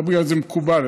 לא בגלל שזה מקובל,